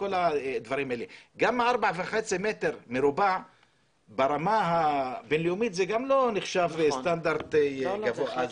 גם 4.5 מטר מרובע ברמה הבין-לאומית לא נחשב סטנדרט גבוה,